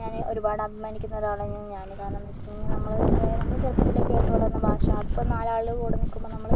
ഞാൻ ഒരുപാട് അഭിമാനിക്കുന്ന ഒരാളാണ് ഞാൻ കാരണമെന്ന് വെച്ചിട്ടുണ്ടെങ്കിൽ നമ്മൾ നമ്മൾ ചെറുപ്പത്തിലേ കേട്ട് വളർന്ന ഭാഷ അതിപ്പോൾ നാലാളുടെ കൂടെ നിൽക്കുമ്പോൾ നമ്മൾ